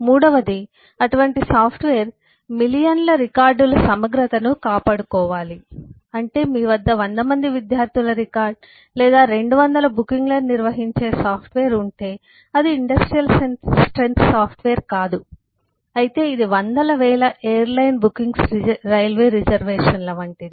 మూడవది అటువంటి సాఫ్ట్వేర్ మిలియన్ల రికార్డుల సమగ్రతను కాపాడుకోవాలి అంటే మీ వద్ద 100 మంది విద్యార్థుల రికార్డ్ లేదా 200 బుకింగ్లను నిర్వహించే సాఫ్ట్వేర్ ఉంటే అది ఇండస్ట్రియల్ స్ట్రెంత్ సాఫ్ట్వేర్ కాదు అయితే ఇది వందల వేలఎయిర్ లైన్ బుకింగ్స్ రైల్వే రిజర్వేషన్లు వంటిది